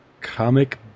Comic